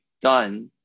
done